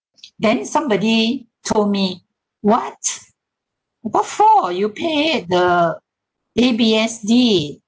then somebody told me what what for you pay at the A_B_S_D